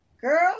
Girl